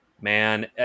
man